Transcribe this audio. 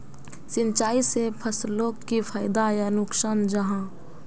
सिंचाई से फसलोक की फायदा या नुकसान जाहा?